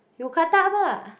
you cut up lah